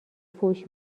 فحش